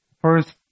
first